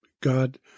God